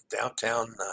downtown